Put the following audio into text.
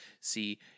see